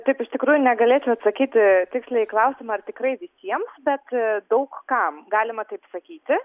taip iš tikrųjų negalėčiau atsakyti tiksliai į klausimą ar tikrai visiems bet daug kam galima taip sakyti